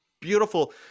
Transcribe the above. beautiful